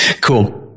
cool